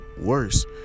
worse